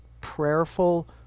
prayerful